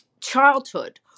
childhood